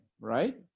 right